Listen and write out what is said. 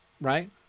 right